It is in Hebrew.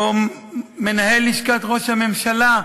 או מנהל לשכת ראש הממשלה,